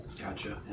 Gotcha